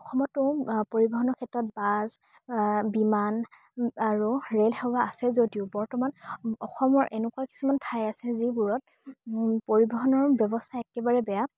অসমতো পৰিবহণৰ ক্ষেত্ৰত বাছ বিমান আৰু ৰে'ল সেৱা আছে যদিও বৰ্তমান অসমৰ এনেকুৱা কিছুমান ঠাই আছে যিবোৰত পৰিবহণৰ ব্যৱস্থা একেবাৰে বেয়া